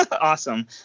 awesome